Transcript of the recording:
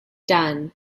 done